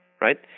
right